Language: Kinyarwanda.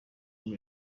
muri